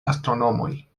astronomoj